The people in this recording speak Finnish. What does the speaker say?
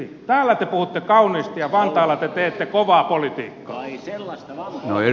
täällä te puhutte kauniisti ja vantaalla te teette kovaa politiikkaa ei siellä voi